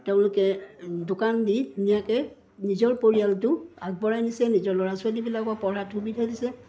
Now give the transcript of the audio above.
তেওঁলোকে দোকান দি ধুনীয়াকৈ নিজৰ পৰিয়ালটো আগবঢ়াই নিছে নিজৰ ল'ৰা ছোৱালীবিলাকৰ পঢ়াত সুবিধা দিছে